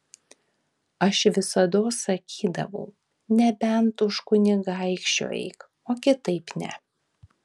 aš visados sakydavau nebent už kunigaikščio eik o kitaip ne